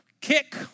kick